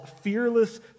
fearless